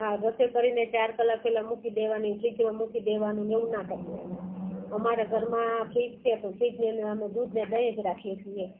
હા રસોઈ કરીને ચાર કલાક પહેલાં મૂકી દેવાની ફ્રિજમાં મૂકી દેવાનું ને એવું ના કરીએ અમે અમારા ઘરમાં ફ્રિજ છે પણ ફ્રિજની અંદર અમે દૂધ ને દહીં જ રાખીએ છીએ